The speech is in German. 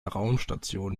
raumstation